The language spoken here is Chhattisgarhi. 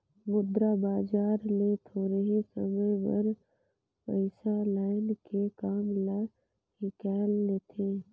मुद्रा बजार ले थोरहें समे बर पइसा लाएन के काम ल हिंकाएल लेथें